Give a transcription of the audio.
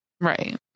Right